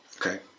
Okay